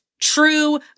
true